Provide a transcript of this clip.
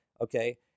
okay